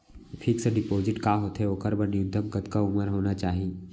Fix deposit का होथे ओखर बर न्यूनतम कतका उमर होना चाहि?